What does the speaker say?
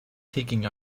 taking